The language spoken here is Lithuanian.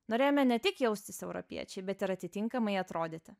norėjome ne tik jaustis europiečiai bet ir atitinkamai atrodyti